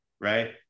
right